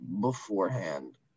beforehand